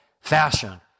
fashion